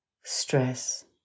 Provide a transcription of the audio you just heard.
stress